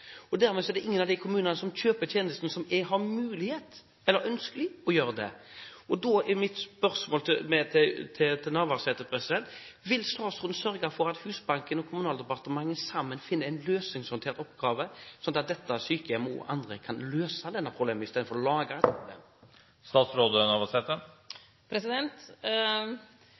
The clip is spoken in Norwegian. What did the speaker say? Dermed er det ingen av de kommunene som kjøper tjenestene, som har mulighet til eller ønske om å gjøre det. Da er mitt spørsmål til Navarsete: Vil statsråden sørge for at Husbanken og Kommunaldepartementet sammen finner en løsning, slik at dette sykehjemmet og andre kan løse dette problemet istedenfor å lage et problem?